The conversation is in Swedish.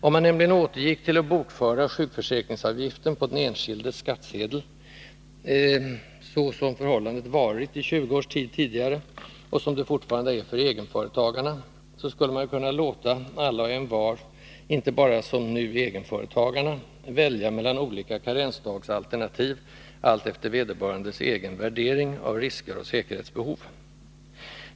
Om man återgick till att bokföra sjukförsäkringsavgiften på den enskildes skattsedel, så som förhållandet tidigare varit i 20 års tid och som det fortfarande är för egenföretagarna, skulle man kunna låta alla och envar, inte som nu bara egenföretagarna, välja mellan olika karensdagsalternativ alltefter vederbörandes egen värdering av risker och säkerhetsbehov.